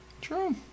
True